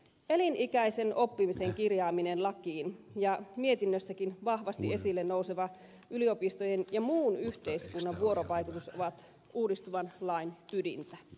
elinikäisen oppimisen kirjaaminen lakiin ja mietinnössäkin vahvasti esille nouseva yliopistojen ja muun yhteiskunnan vuorovaikutus ovat uudistuvan lain ydintä